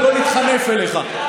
ולא להתחנף אליך,